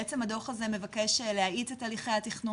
בעצם הדו"ח הזה מבקש להאיץ את הליכי התכנון,